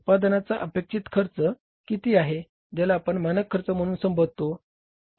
उत्पादनाच अपेक्षित खर्च किती आहे ज्याला आपण मानक खर्च म्हणून संबोधतो